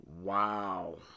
Wow